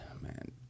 man